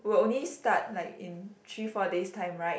will only start like in three four days time right